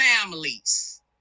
families